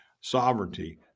sovereignty